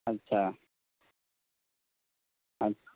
আচ্ছা আচ্ছা